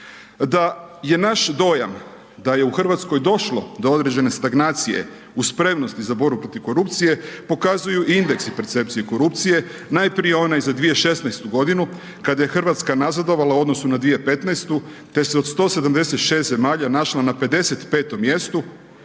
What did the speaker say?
Da je naš dojam da je u Hrvatskoj došlo do određene stagnacije u spremnosti za borbu protiv korupcije pokazuju i indeksi percepcije korupcije, najprije one za 2016. godinu, kada je Hrvatska nazadovala u odnosu na 2015. te se od 176 našla na 55. mjestu,